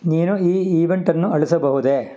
ನೀನು ಈ ಈವೆಂಟನ್ನು ಅಳಿಸಬಹುದೇ